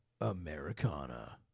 Americana